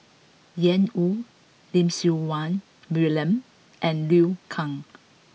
Ian Woo Lim Siew Wai William and Liu Kang